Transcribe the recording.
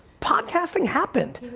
podcasting happened.